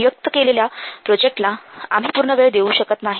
नियुक्त केलेल्या प्रोजेक्टला आम्ही पूर्ण वेळ देऊ शकत नाही